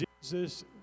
Jesus